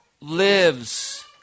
lives